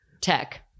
Tech